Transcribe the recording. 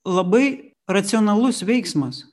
labai racionalus veiksmas